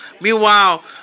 Meanwhile